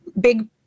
big